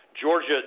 Georgia